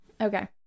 Okay